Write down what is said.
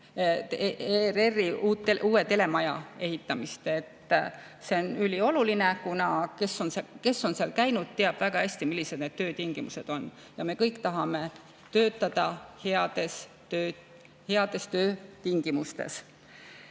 ERR-i uue telemaja ehitamist. See on ülioluline. Kes on seal käinud, teab väga hästi, millised need töötingimused on. Me kõik tahame töötada heades töötingimustes.